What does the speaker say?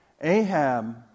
Ahab